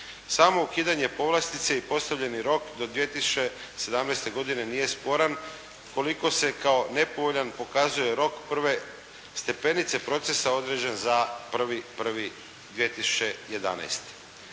Samo ukidanje povlastice i postavljeni rok do 2017. godine nije sporan, ukoliko se kao nepovoljan pokazuje rok prve stepenice procesa određen za 1.01.2011.